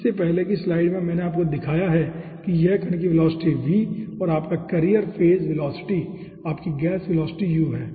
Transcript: इससे पहले की स्लाइड में मैंने आपको दिखाया है कि यह कण की वेलोसिटी v और आपका कर्रिएर फेज वेलोसिटी आपकी गैस वेलोसिटी u है